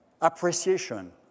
appreciation